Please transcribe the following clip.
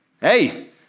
hey